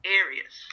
areas